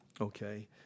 okay